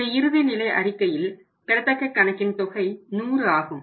இந்த இறுதி நிலை அறிக்கையில் பெறத்தக்க கணக்கின் தொகை 100 ஆகும்